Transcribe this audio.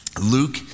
Luke